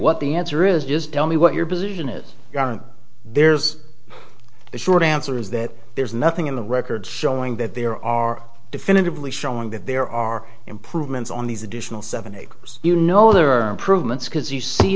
what the answer is just tell me what your position is there's the short answer is that there's nothing in the record showing that there are definitively showing that there are improvements on these additional seven acres you know there are improvements because you see